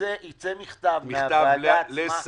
ייצא מכתב מהוועדה עצמה.